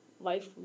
life